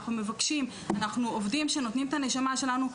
אנחנו עובדים שנותנים את הנשמה שלנו.